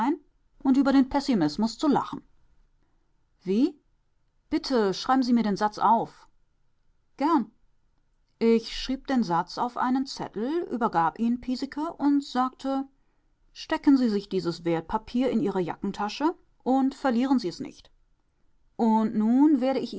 und über den pessimismus zu lachen wie bitte schreiben sie mir den satz auf gern ich schrieb den satz auf einen zettel übergab ihn piesecke und sagte stecken sie sich dieses wertpapier in ihre jackentasche und verlieren sie es nicht und nun werde ich